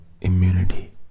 immunity